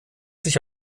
sich